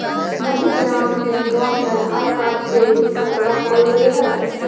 मध्य ग्रामीण बैंकवा मे आधार कार्ड से भी खतवा खोल दे है?